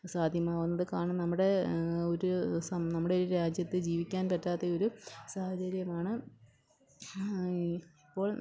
സാധ്യമാകുന്നത് കാരണം നമ്മുടെ ഒരു നമ്മുടെ ഒരു രാജ്യത്ത് ജീവിക്കാൻ പറ്റാത്തയൊരു സാഹചര്യമാണ് ഇപ്പോൾ